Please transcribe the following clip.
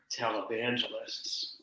televangelists